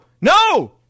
No